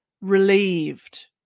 relieved